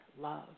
love